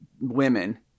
women